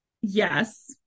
yes